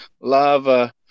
lava